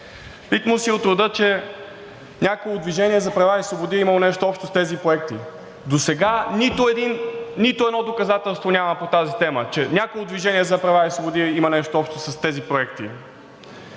„Литмуси“ от рода, че някой от „Движение за права и свободи“ е имал нещо общо с тези проекти. Досега нито едно доказателство няма по тази тема, че някой от „Движение за права и свободи“ има нещо общо с тези проекти.